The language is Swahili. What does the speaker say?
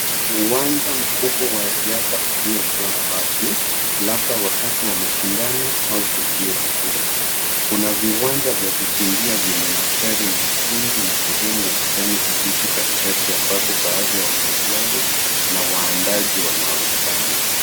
Uwanja mkubwa wa riadha uliojaa watu labda wakati wa mashindano au tukio muhimu. Kuna viwanja vya kukimbia vyenye mistari miekundu na sehemu ya kijani kibichi katikati ambapo baadhi ya wanariadha na waandaji wanaonekana.